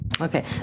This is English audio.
Okay